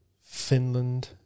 Finland